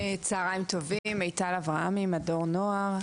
צוהריים טובים, מיטל אברהמי, מדור נוער.